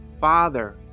Father